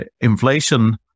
inflation